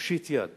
שמושיט יד